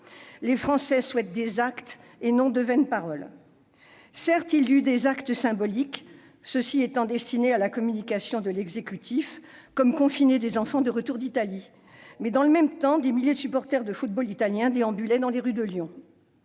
Les Français souhaitent des actes et non de vaines paroles. Certes, il y a eu des actes symboliques, destinés à la communication de l'exécutif, comme le confinement des enfants de retour d'Italie. Dans le même temps, pourtant, des milliers de supporters de football italiens déambulaient dans les rues de Lyon.